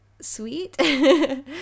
sweet